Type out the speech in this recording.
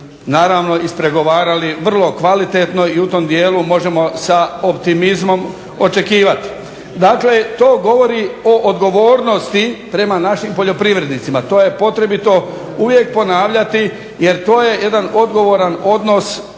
ispregovarali vrlo kvalitetno i u tom dijelu možemo sa optimizmom očekivati. Dakle, to govori o odgovornosti prema našim poljoprivrednicima, to je potrebito uvijek odgovarati jer to je jedan odgovoran odnos